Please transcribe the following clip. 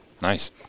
nice